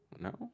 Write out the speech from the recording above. No